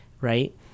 right